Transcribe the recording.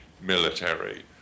military